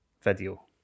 video